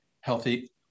healthy